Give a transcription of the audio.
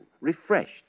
refreshed